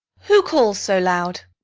who calls so loud?